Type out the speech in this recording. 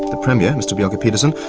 the premier, mr bjelke-petersen,